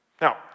Now